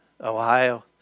Ohio